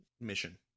mission